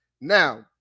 Now